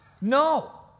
No